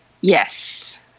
Yes